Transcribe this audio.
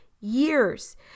years